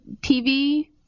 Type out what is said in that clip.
TV